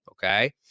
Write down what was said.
Okay